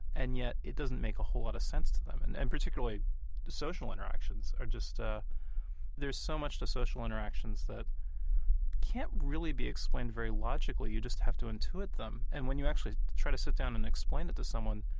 and yet, it doesn't make a whole lot of sense to them. and and particularly the social interactions are just ah there is so much to social interactions that can't really be explained very logically. you just have to intuit them. and when you actually try to sit down and explain it to someone,